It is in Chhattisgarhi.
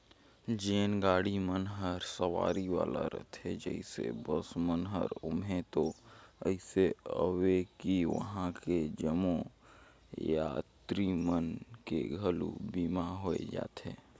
जेन गाड़ी मन हर सवारी वाला रथे जइसे बस मन हर ओम्हें तो अइसे अवे कि वंहा के जम्मो यातरी मन के घलो बीमा होय जाथे